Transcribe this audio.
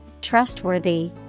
Trustworthy